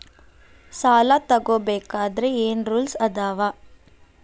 ಸಾಲ ತಗೋ ಬೇಕಾದ್ರೆ ಏನ್ ರೂಲ್ಸ್ ಅದಾವ?